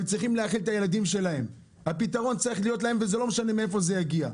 צריך להיות להם פתרון, ולא משנה מאיפה זה יגיע,